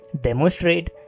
demonstrate